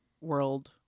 world